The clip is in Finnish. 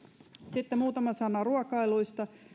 sitten muutama sana ruokailuista